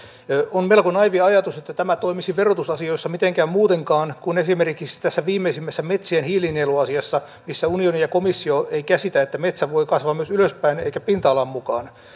on melko naiivi ajatus että tämä toimisi verotusasioissa mitenkään muutenkaan kuin esimerkiksi tässä viimeisimmässä metsien hiilinieluasiassa missä unioni ja komissio ei käsitä että metsä voi kasvaa myös ylöspäin eikä pinta alan mukaan